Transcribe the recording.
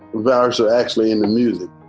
that are so actually in the music.